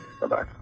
Bye-bye